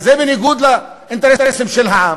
זה בניגוד לאינטרסים של העם.